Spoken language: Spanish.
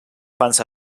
fans